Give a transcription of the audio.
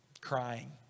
crying